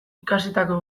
ikasitako